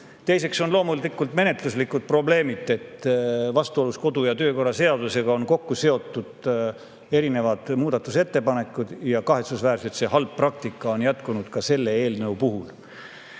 Teiseks on loomulikult menetluslikud probleemid. Meie kodu- ja töökorra seadusega vastuolus on kokku seotud erinevad muudatusettepanekud ja kahetsusväärselt on seesugune halb praktika jätkunud ka selle eelnõu puhul.